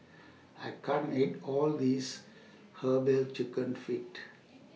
I can't eat All This Herbal Chicken Feet